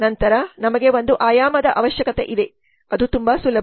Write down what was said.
ನಂತರ ನಮಗೆ ಒಂದು ಆಯಾಮದ ಅವಶ್ಯಕತೆ ಇದೆ ಅದು ತುಂಬಾ ಸುಲಭ